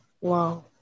wow